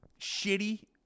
shitty